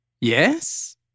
Yes